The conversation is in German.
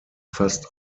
fast